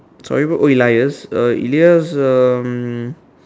sorry bro oh Elias uh Elias um